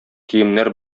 киемнәр